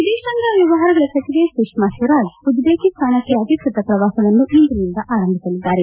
ವಿದೇಶಾಂಗ ವ್ಯವಹಾರಗಳ ಸಚಿವೆ ಸುಷ್ನಾ ಸ್ವರಾಜ್ ಉಜ್ಲೇಕಿಸ್ತಾನಕ್ಕೆ ಅಧಿಕೃತ ಪ್ರವಾಸವನ್ನು ಇಂದಿನಿಂದ ಆರಂಭಿಸಲಿದ್ದಾರೆ